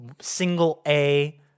single-A